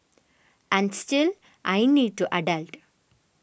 and still I need to adult